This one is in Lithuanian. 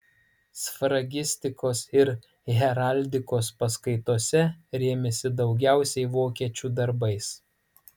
sfragistikos ir heraldikos paskaitose rėmėsi daugiausiai vokiečių darbais